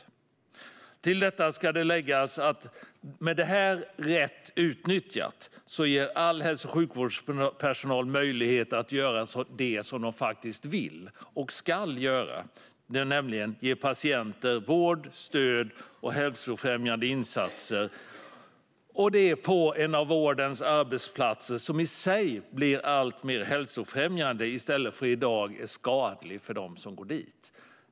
Härtill ska läggas att detta rätt utnyttjat ger all hälso och sjukvårdspersonal möjlighet att göra det som de vill - och ska - göra, nämligen ge patienter vård, stöd och hälsofrämjande insatser på någon av vårdens arbetsplatser, som i sig blir alltmer hälsofrämjande i stället för, som i dag, skadliga för dem som går dit.